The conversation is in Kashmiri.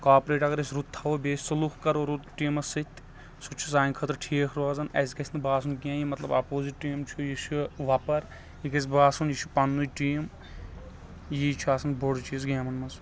کاپریٹ اگر أسۍ رُت تھاوو بیٚیہِ سلوٗک کرو رُت ٹیٖمس سۭتۍ سُہ تہِ چھُ سانہِ خاطرٕ ٹھیٖک روزان اَسہِ گژھہِ نہٕ باسُن کہیٖنۍ مطلب اپوزِٹ ٹیٖم چھُ یہِ چھُ وۄپر یہِ گژھہِ باسُن یہِ چُھ پننُے ٹیٖم یی چھُ آسان بوٚڑ چیٖز گیمن منٛز